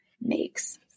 makes